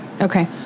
Okay